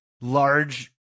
large